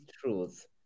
truth